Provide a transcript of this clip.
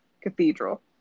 Cathedral